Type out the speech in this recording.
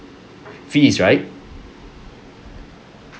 fees right